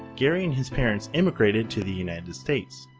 gary and his parents immigrated to the united states.